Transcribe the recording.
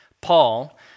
Paul